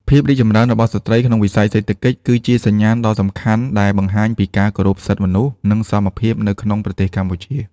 ភាពរីកចម្រើនរបស់ស្ត្រីក្នុងវិស័យសេដ្ឋកិច្ច គឺជាសញ្ញាណដ៏សំខាន់ដែលបង្ហាញពីការគោរពសិទ្ធិមនុស្ស និងសមភាពនៅក្នុងប្រទេសកម្ពុជា។